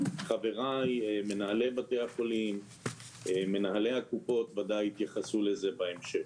חבריי מנהלי בתי החולים ומנהלי הקופות בוודאי יתייחסו בהמשך.